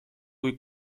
kui